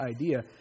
idea